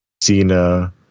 Cena